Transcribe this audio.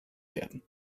werden